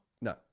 no